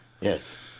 Yes